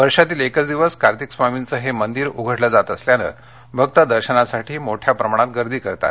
वर्षातील एकच दिवस कार्तीक स्वार्मीचे हे मंदीर उघडले जात असल्याने भक्त दर्शनासाठी मोठ्या प्रमाणात गर्दी करतात